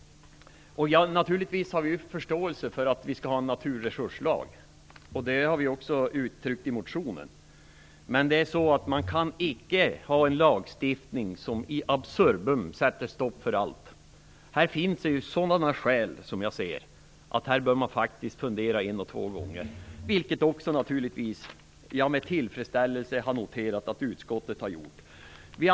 Naturligtvis har vi förståelse för att vi skall ha en naturresurslag. Det har vi också uttryckt i motionen. Men man kan inte ha en lagstiftning som sätter stopp för allt in absurdum. Här finns det ju sådana skäl att man faktiskt bör fundera både en och två gånger. Jag har med tillfredsställelse noterat att utskottet har gjort det.